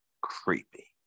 creepy